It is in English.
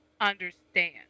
understand